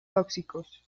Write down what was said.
tóxicos